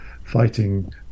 fighting